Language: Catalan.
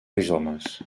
rizomes